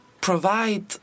provide